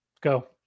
Go